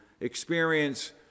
experience